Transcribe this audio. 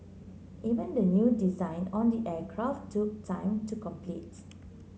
even the new design on the aircraft took time to complete